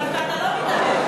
דווקא אתה לא מתעלם.